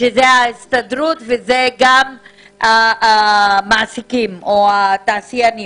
ההסתדרות והמעסיקים או התעשיינים.